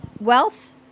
Wealth